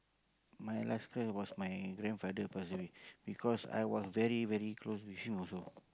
my last cry was my grandfather pass away because I was very very close to him also